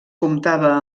comptava